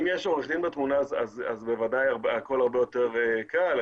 אם יש עורך דין בתמונה, בוודאי הכול הרבה יותר קל.